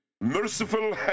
merciful